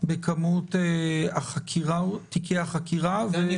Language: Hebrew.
במספר תיקי החקירה וגם מובילים את זה.